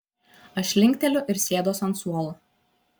aš linkteliu ir sėduos ant suolo